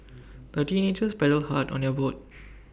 the teenagers paddled hard on their boat